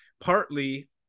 partly